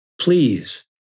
Please